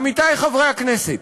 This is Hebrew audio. עמיתי חברי הכנסת,